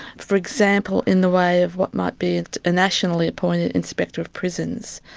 for example, in the way of what might be a nationally appointed inspector of prisons,